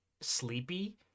sleepy